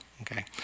okay